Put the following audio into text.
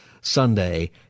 Sunday